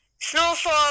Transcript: Snowfall